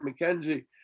McKenzie